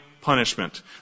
punishment